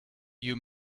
you